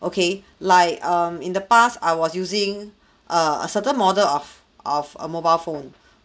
okay like um in the past I was using err a certain model of of a mobile phone